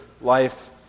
life